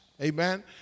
Amen